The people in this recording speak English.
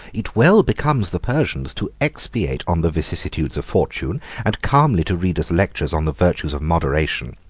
it well becomes the persians to expatiate on the vicissitudes of fortune, and calmly to read us lectures on the virtues of moderation.